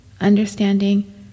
understanding